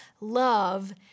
love